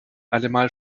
allemal